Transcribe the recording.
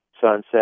sunset